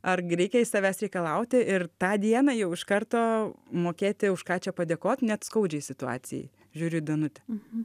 ar reikia iš savęs reikalauti ir tą dieną jau iš karto mokėti už ką čia padėkot net skaudžiai situacijai žiūriu į danutę